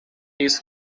his